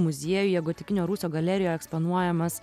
muziejuje gotikinio rūsio galerijoj eksponuojamas